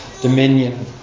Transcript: dominion